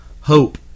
hope